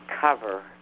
cover